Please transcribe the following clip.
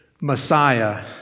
Messiah